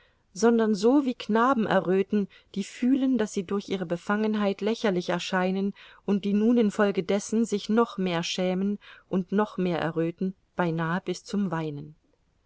sondern so wie knaben erröten die fühlen daß sie durch ihre befangenheit lächerlich erscheinen und die nun infolgedessen sich noch mehr schämen und noch mehr erröten beinah bis zum weinen